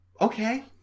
Okay